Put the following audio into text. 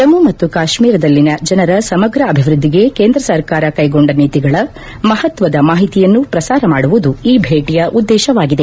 ಜಮ್ಮು ಮತ್ತು ಕಾಶ್ಮೀರದಲ್ಲಿನ ಜನರ ಸಮಗ್ರ ಅಭಿವೃದ್ದಿಗೆ ಕೇಂದ್ರ ಸರ್ಕಾರ ಕೈಗೊಂಡ ನೀತಿಗಳ ಮಹತ್ವದ ಮಾಹಿತಿಯನ್ನು ಪ್ರಸಾರ ಮಾಡುವುದು ಈ ಭೇಟಿಯ ಉದ್ದೇಶವಾಗಿದೆ